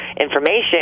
information